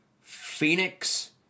Phoenix